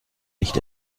nicht